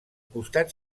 costat